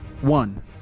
one